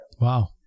Wow